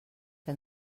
que